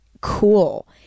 cool